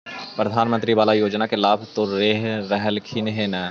प्रधानमंत्री बाला योजना के लाभ तो ले रहल्खिन ह न?